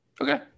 Okay